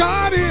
God